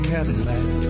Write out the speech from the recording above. Cadillac